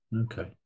Okay